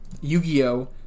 Yu-Gi-Oh